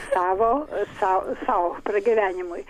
savo sau sau pragyvenimui